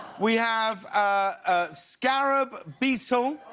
we have ah sdemob beetle.